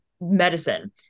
medicine